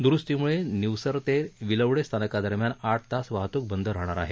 दुरुस्तीमुळे निवसर ते विलवडे स्थानकादरम्यान आठ तास वाहतूक बंद राहणार आहे